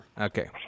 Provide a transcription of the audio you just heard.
Okay